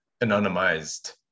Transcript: anonymized